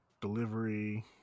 delivery